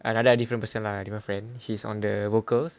another different person lah different friend she's on the vocals